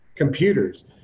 Computers